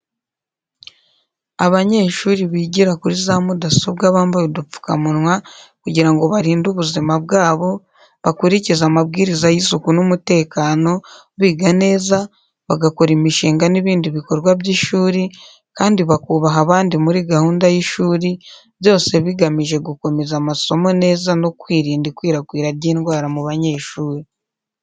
Abanyeshuri bigira kuri za mudasobwa bambaye udupfukamunwa kugira ngo barinde ubuzima bwabo, bakurikize amabwiriza y’isuku n’umutekano, biga neza, bagakora imishinga n’ibindi bikorwa by’ishuri, kandi bakubaha abandi muri gahunda y’ishuri, byose bigamije gukomeza amasomo neza no kurinda ikwirakwira ry’indwara mu banyeshuri.